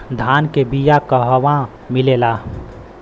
धान के बिया कहवा मिलेला?